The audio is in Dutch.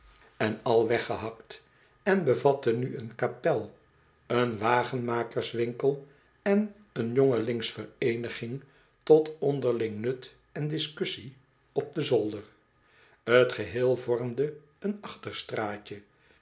en al weggehakt en bevatte nu een kapel een wagenmakerswinkel en een jongelingsvereeniging tot onderling nut en discussie op den zolder t geheel vormde een achterstraatje